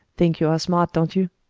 think you are smart, don't you?